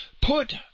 Put